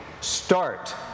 start